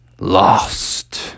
lost